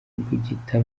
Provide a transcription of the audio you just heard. imbugita